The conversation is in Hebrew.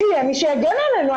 שיהיה מי שיגן עלינו.